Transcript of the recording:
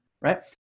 right